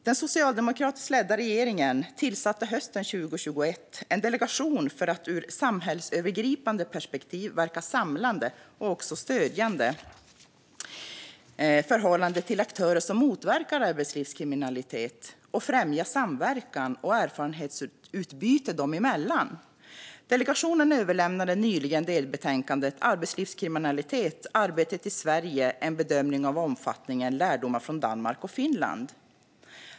Den socialdemokratiskt ledda regeringen tillsatte hösten 2021 en delegation för att ur ett samhällsövergripande perspektiv verka samlande och stödjande i förhållande till aktörer som motverkar arbetslivskriminalitet och för att främja samverkan och erfarenhetsutbyte dem emellan. Delegationen överlämnade nyligen delbetänkandet Arbetslivskriminalitet - arbetet i Sverige, en bedömning av omfattningen, lärdomar från Danmark och Finland .